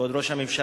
כבוד ראש הממשלה,